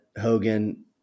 Hogan